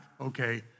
Okay